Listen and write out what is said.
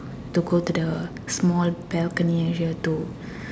to go to the small balcony area to